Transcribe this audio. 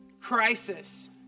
crisis